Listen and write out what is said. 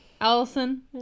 Allison